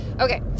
Okay